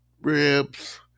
ribs